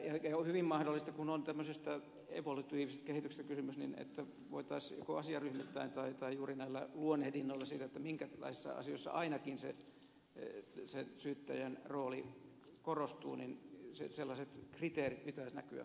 on hyvin mahdollista kun on tämmöisestä evolutiivisesta kehityksestä kysymys että voitaisiin joko asiaryhmittäin tai juuri näillä luonnehdinnoilla siitä minkälaisissa asioissa se syyttäjän rooli ainakin korostuu että sellaisten kriteerien pitäisi näkyä lainsäädännössä